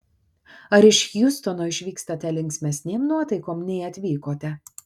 ar iš hjustono išvykstate linksmesnėm nuotaikom nei atvykote